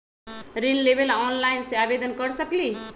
ऋण लेवे ला ऑनलाइन से आवेदन कर सकली?